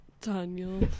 Daniel